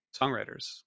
songwriters